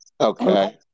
Okay